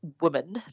woman